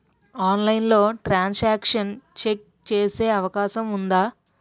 ఆన్లైన్లో transaction check చేసే అవకాశం ఉందా?